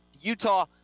Utah